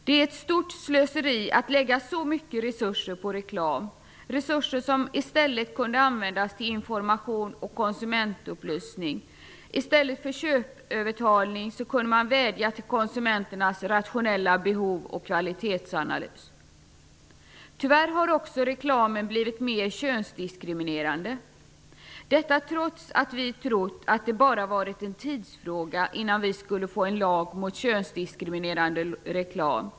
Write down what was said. Det är stort slöseri att lägga så mycket resurser på reklam, resurser som i stället kunde användas till information och konsumentupplysning. I stället för köpövertalning kunde man vädja till konsumenternas rationella behov och kvalitetsanalys. Tyvärr har reklamen också blivit mer könsdiskriminerande, detta trots att vi trott att det bara varit en tidsfråga innan vi skulle få en lag mot könsdiskriminerande reklam.